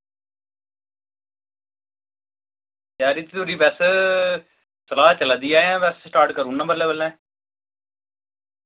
त्यारी त्यूरी बस सलाह् चला दी ऐ अजें बस स्टार्ट करूना बल्लें बल्लें